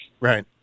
right